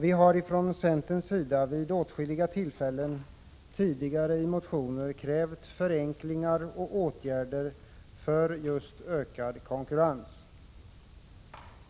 Vi har från centerns sida vid åtskilliga tillfällen tidigare i motioner krävt förenklingar och åtgärder för att åstadkomma just ökad konkurrens.